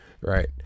Right